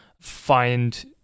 find